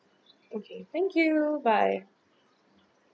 okay thank you bye